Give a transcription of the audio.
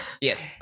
Yes